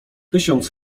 tysiąc